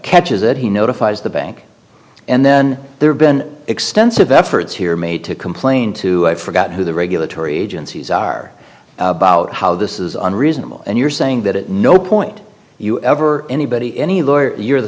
catches it he notifies the bank and then there's been extensive efforts here made to complain to i forgot who the regulatory agencies are about how this is unreasonable and you're saying that at no point you ever anybody any lawyer you're the